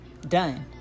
done